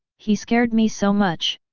he scared me so much!